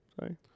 Sorry